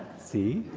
see?